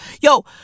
Yo